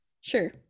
sure